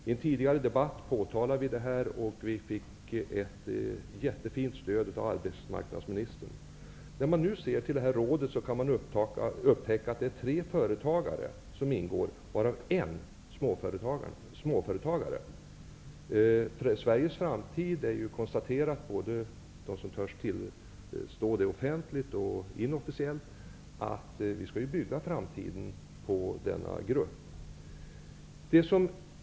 I en tidigare debatt påtalade vi detta. Vi fick då ett fint stöd av arbetsmarknadsministern. I rådet ingår tre företagare, varav en småföretagare. Sveriges framtid -- det har konstaterats, av dem som törs tillstå det, både officiellt och inofficiellt -- skall byggas på denna grupp.